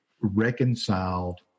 reconciled